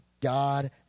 God